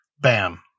Bam